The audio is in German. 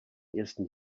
ersten